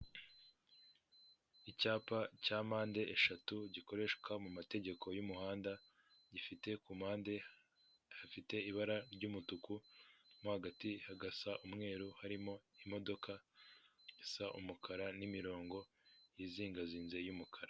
Icyapa cya mpande eshatu gikoreshwa mu mategeko y'umuhanda gifite ku mpande hafite ibara ry'umutuku hagati hagasa umweru harimo imodoka isa umukara n'imirongo yizingazinze y'umukara.